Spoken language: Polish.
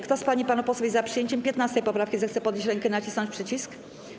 Kto z pań i panów posłów jest za przyjęciem 15. poprawki, zechce podnieść rękę i nacisnąć przycisk.